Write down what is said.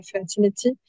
fertility